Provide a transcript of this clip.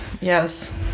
Yes